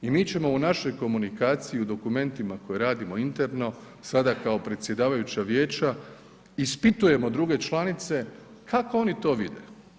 I mi ćemo u našoj komunikaciji u dokumentima koje radimo interno sada kao predsjedavajuća vijeća ispitujemo druge članice kako oni to vide.